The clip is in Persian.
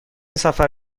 سفر